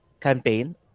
campaign